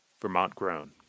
Vermont-grown